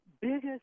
biggest